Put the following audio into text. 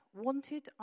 wanted